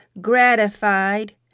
gratified